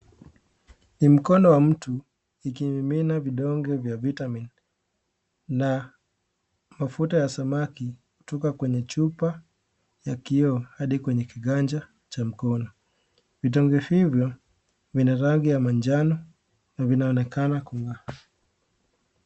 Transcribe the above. Ni mkono wa mtu ikimimina vidonge vya vitamin na mafuta ya samaki kutoka kwenye chupa ya kioo hadi kwenye kiganja cha mkono. Vitamini hivyo vina rangi ya manjano na vinaonekana kung'aa.